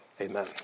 Amen